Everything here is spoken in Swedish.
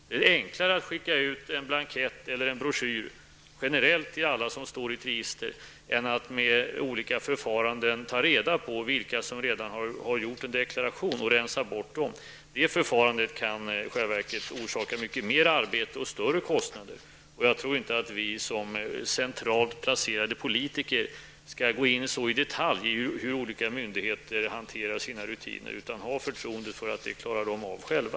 Det är enklare att skicka ut en blankett eller en broschyr generellt till alla som står i ett register än att med olika förfaranden ta reda på vilka som redan lämnat in sin deklaration och rensa bort dessa. Det förfarande kan i själva verket orsaka mycket mer arbete och större kostnader. Jag tror inte att vi som centralt placerade politiker så i detalj skall gå in på hur olika myndigheter hanterar sina rutiner, utan vi bör ha förtroende för att de klarar av det själva.